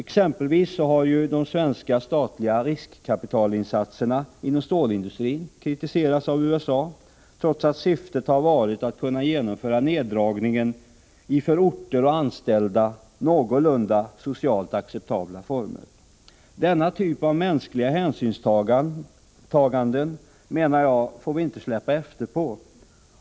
Exempelvis har ju de svenska statliga riskkapitalinsatserna inom stålindustrin kritiserats av USA, trots att syftet har varit att kunna genomföra neddragningen i för orter och anställda socialt någorlunda acceptabla former. Denna typ av mänskligt hänsynstagande, menar jag, får vi inte släppa efter på.